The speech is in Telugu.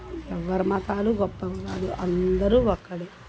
ఎవ్వరి మతాలు గొప్పవి కాదు అందరూ ఒక్కడే